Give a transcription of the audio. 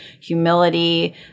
humility